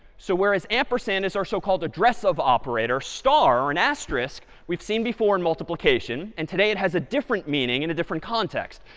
so whereas ampersand is our so-called addressof operator, star, or an asterisk we've seen before in multiplication. and today it has a different meaning in a different context.